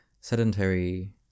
sedentary